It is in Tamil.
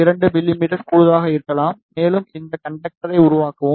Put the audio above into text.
2 மிமீ கூடுதலாக இருக்கலாம் மேலும் இந்த கண்டக்டரை உருவாக்கவும்